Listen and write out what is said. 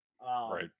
Right